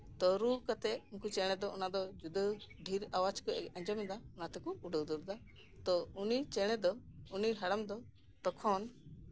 ᱛᱳ ᱨᱩ ᱠᱟᱛᱮᱜ ᱩᱱᱠᱩ ᱪᱮᱸᱬᱮ ᱫᱚ ᱚᱱᱟᱫᱚ ᱡᱩᱫᱟᱹ ᱰᱷᱮᱨ ᱟᱣᱟᱡ ᱠᱳ ᱟᱸᱡᱚᱢᱮᱫᱟ ᱚᱱᱟ ᱛᱮᱠᱚ ᱩᱰᱟᱹᱣ ᱫᱟᱹᱲ ᱫᱟ ᱩᱱᱤ ᱪᱮᱸᱬᱮ ᱫᱚ ᱩᱱᱤ ᱦᱟᱲᱟᱢ ᱫᱚ ᱛᱚᱠᱷᱚᱱ